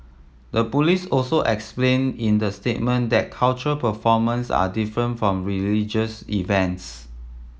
the police also explained in the statement that cultural performance are different from religious events